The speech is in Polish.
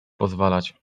pozwalać